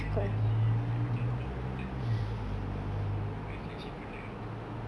but then how seh like macam mana nak belikan yang macam gitu nanti dia what if she don't like everything